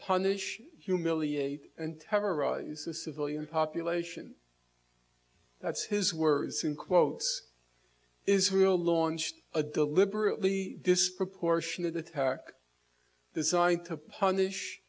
punish humiliate and terrorize the civilian population that's his words in quotes israel launched a deliberately disproportionate attack the sign to punish